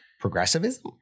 progressivism